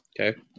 Okay